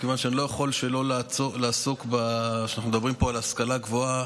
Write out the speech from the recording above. כיוון שאני לא יכול שלא לעסוק בכך כשאנחנו מדברים פה על השכלה גבוהה,